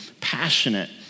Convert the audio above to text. passionate